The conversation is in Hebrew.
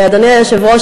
אדוני היושב-ראש,